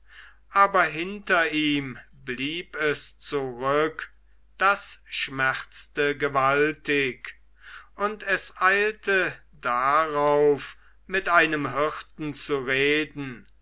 aber hinter ihm blieb es zurück das schmerzte gewaltig und es eilte darauf mit einem hirten zu reden